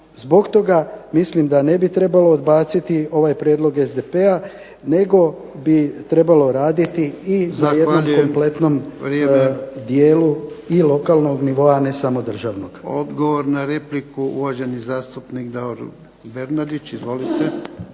zbog toga mislim da ne bi trebalo odbaciti ovaj prijedlog SDP-a nego bi trebalo raditi i na jednom kompletnom dijelu i lokalnog nivoa a ne samo državnog. **Jarnjak, Ivan (HDZ)** Zahvaljujem. Odgovor na repliku uvaženi zastupnik Davor Bernardić. Izvolite.